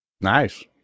Nice